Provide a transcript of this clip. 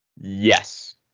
Yes